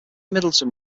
middleton